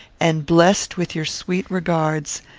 and blessed with your sweet regards,